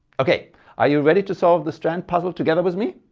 okay are you ready to solve the strand puzzle together with me?